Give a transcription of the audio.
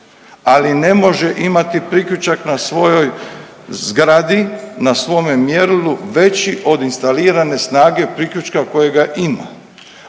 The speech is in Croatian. ali ne može imati priključak na svojoj zgradi, na svome mjerilu veći od instalirane snage priključka kojega ima,